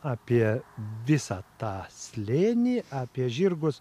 apie visą tą slėnį apie žirgus